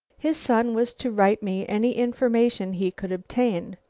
his son was to write me any information he could obtain.